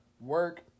work